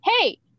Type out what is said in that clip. Hey